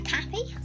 Cappy